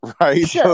Right